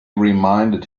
reminded